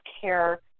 care